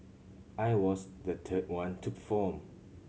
I was the third one to perform